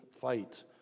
fight